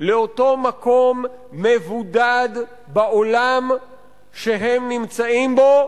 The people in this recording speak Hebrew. לאותו מקום מבודד בעולם שהם נמצאים בו,